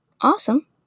awesome